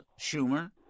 Schumer